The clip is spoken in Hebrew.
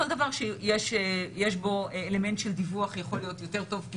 כל דבר שיש בו אלמנט של דיווח יכול להיות יותר טוב,